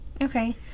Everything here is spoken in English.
Okay